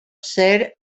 ser